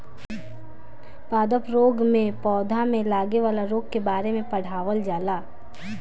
पादप रोग में पौधा में लागे वाला रोग के बारे में पढ़ावल जाला